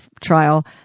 trial